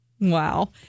Wow